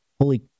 Holy